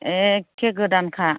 एखे गोदानखा